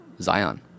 Zion